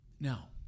Now